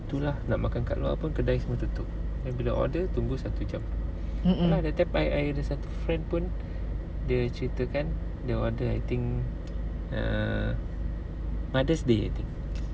tu lah nak makan kat luar kedai pun tutup then bila order tunggu satu jam ya lah that time I I ada satu friend pun dia ceritakan dia order I think err mothers' day I think